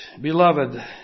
beloved